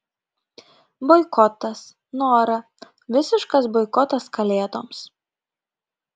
boikotas nora visiškas boikotas kalėdoms